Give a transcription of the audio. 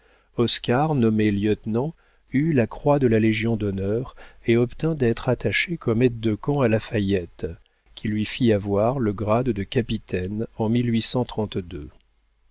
oscar nommé lieutenant eut la croix de la légion-d'honneur et obtint d'être attaché comme aide de camp à la fayette qui lui fit avoir le grade de capitaine en